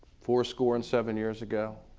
four score and seven years ago.